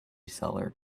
seller